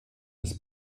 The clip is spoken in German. des